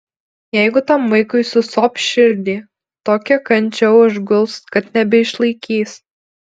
jeigu tam vaikui susops širdį tokia kančia užguls kad nebeišlaikys